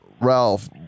Ralph